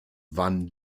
wann